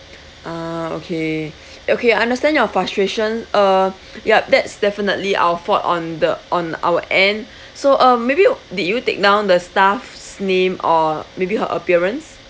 ah okay okay I understand your frustration uh yup that's definitely our fault on the on our end so uh maybe you did you take down the staff's name or maybe her appearance